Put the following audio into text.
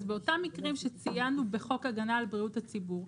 אז באותם מקרים שציינו בחוק הגנה על בריאות הציבור,